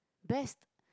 best